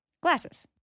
GLASSES